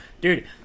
Dude